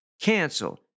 cancel